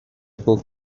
book